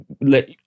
let